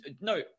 No